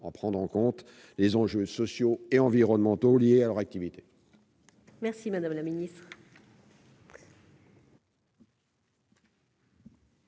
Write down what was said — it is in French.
prendre en compte les enjeux sociaux et environnementaux liés à leur activité.